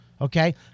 okay